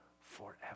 forever